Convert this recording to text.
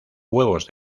huevos